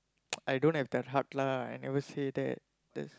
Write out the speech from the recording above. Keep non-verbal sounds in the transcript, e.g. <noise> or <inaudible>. <noise> I don't have that heart lah I never say that just